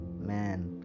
man